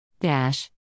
Dash